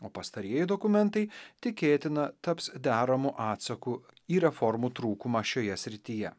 o pastarieji dokumentai tikėtina taps deramu atsaku į reformų trūkumą šioje srityje